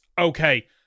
okay